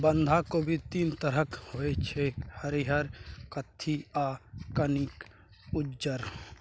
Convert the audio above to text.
बंधा कोबी तीन तरहक होइ छै हरियर, कत्थी आ कनिक उज्जर